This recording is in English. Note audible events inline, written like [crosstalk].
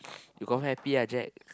[noise] you confirm happy ah Jack